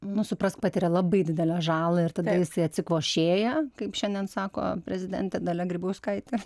nu suprask patiria labai didelę žalą ir tada jisai atsikvošėja kaip šiandien sako prezidentė dalia grybauskaitė